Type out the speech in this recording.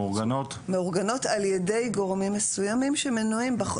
מאורגנות על-ידי גורמים מסוימים שמנויים בחוק.